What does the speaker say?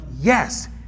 yes